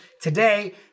Today